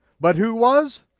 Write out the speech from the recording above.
but who was,